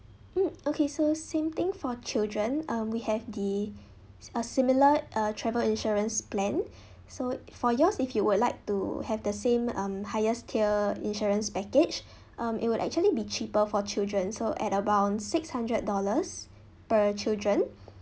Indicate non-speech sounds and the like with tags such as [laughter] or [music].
mm okay so same thing for children um we have the a similar a travel insurance plan [breath] so for yours if you would like to have the same um highest tier insurance package [breath] um it would actually be cheaper for children so at about six hundred dollars per children [breath]